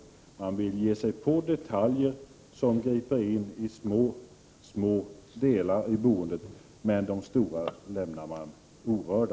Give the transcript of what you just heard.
Utskottsmajoriteten vill ge sig på detaljer som griper in i små delar av boendet men lämnar de stora frågorna orörda.